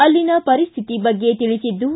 ಅಲ್ಲಿನ ಪರಿಸ್ಥಿತಿ ಬಗ್ಗೆ ತಿಳಿಸಿದ್ದು